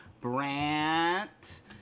Brant